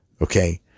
Okay